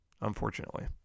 unfortunately